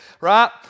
right